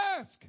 ask